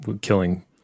killing